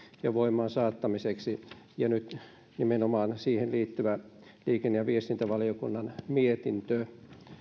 ja voimaansaattamiseksi ja nyt nimenomaan siihen liittyvä liikenne ja viestintävaliokunnan mietintö